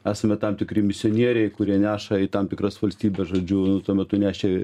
esame tam tikri misionieriai kurie neša į tam tikras valstybes žodžiu tuo metu nešė